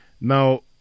Now